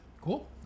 Cool